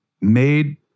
made